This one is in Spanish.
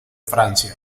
francia